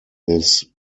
this